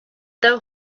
their